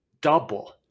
Double